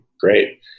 great